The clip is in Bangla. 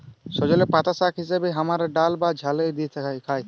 সজলের পাতা শাক হিসেবে হামরা ডাল বা ঝলে দিয়ে খাই